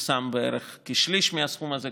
הוא שם בערך כשליש מהסכום הזה,